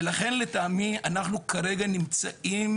ולכן לטעמי אנחנו כרגע נמצאים